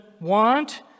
want